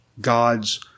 God's